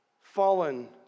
fallen